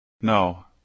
No